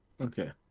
Okay